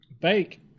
bake